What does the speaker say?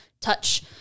touch